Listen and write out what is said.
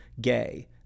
gay